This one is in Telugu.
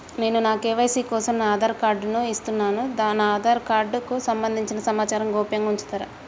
నేను నా కే.వై.సీ కోసం నా ఆధార్ కార్డు ను ఇస్తున్నా నా ఆధార్ కార్డుకు సంబంధించిన సమాచారంను గోప్యంగా ఉంచుతరా?